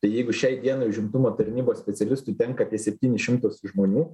tai jeigu šiai dienai užimtumo tarnybos specialistui tenka apie septynis šimtus žmonių